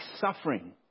suffering